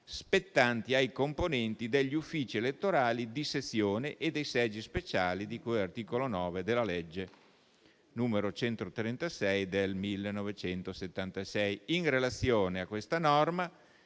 spettanti ai componenti degli uffici elettorali di sezione e dei seggi speciali di cui all'articolo 9 della legge n. 136 del 1976. In relazione a questa norma